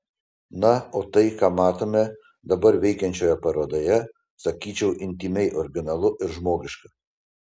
na o tai ką matome dabar veikiančioje parodoje sakyčiau intymiai originalu ir žmogiška